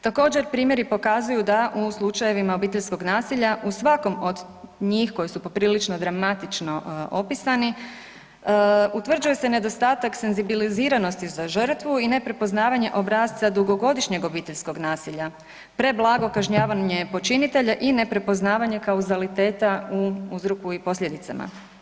Također primjeri pokazuju da u slučajevima obiteljskog nasilja u svakom od njih koji su poprilično dramatično opisani utvrđuje se nedostatak senzibiliziranosti za žrtvu i neprepoznavanje obrasca dugogodišnjeg obiteljskog nasilja, preblago kažnjavanje počinitelja i neprepoznavanje kauzaliteta u uzroku i posljedicama.